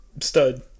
stud